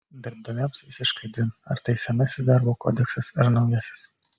darbdaviams visiškai dzin ar tai senasis darbo kodeksas ar naujasis